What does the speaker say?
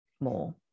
more